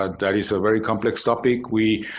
ah that is a very complex topic. we